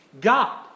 God